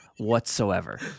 whatsoever